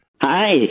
Hi